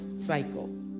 cycles